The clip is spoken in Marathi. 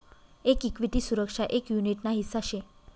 एक इक्विटी सुरक्षा एक युनीट ना हिस्सा शे